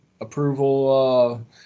approval